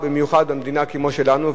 במיוחד במדינה כמו שלנו.